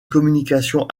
communication